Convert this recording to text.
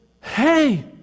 hey